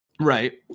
Right